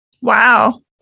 Wow